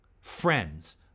friends